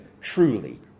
truly